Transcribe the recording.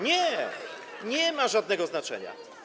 Nie, nie ma żadnego znaczenia.